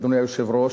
אדוני היושב-ראש,